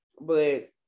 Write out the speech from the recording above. But-